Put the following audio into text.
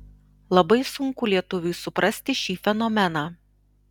labai sunku lietuviui suprasti šį fenomeną